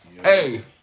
Hey